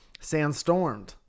sandstormed